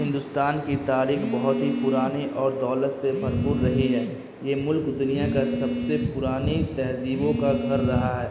ہندوستان کی تاریخ بہت ہی پرانی اور دولت سے بھرپور رہی ہے یہ ملک دنیا کا سب سے پرانی تہذیبوں کا گھر رہا ہے